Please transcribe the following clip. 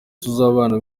tuzabana